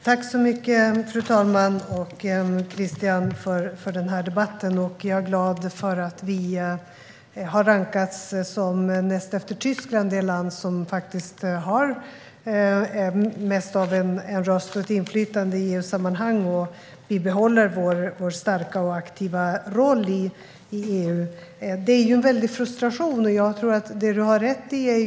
Fru talman! Tack, Christian, för den här debatten! Jag är glad för att vi har rankats som, näst efter Tyskland, det land som har mest röst och inflytande i EU-sammanhang, och vi behåller vår starka och aktiva roll i EU. Det är en väldig frustration när det gäller Vitryssland.